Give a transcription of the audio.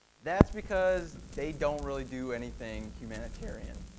that's because they don't really do anything humanitarian.